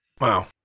Wow